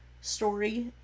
story